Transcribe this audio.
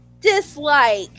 dislike